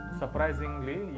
surprisingly